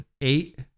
eight